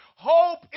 Hope